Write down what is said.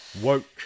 Woke